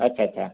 अच्छा अच्छा